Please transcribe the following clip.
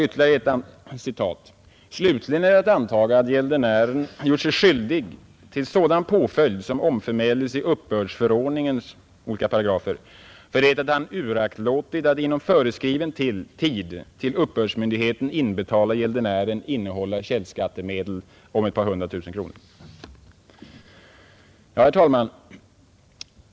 Ytterligare ett citat: ”Slutligen är att antaga att gäldenären gjort sig skyldig till sådan påföljd som omförmäles i Uppbördsförordningen” -—-—- ”för det att han uraktlåtit att inom föreskriven tid till uppbördsmyndighet inbetala av gäldenären innehållna källskattemedel med” ett par hundra tusen kronor. Herr talman!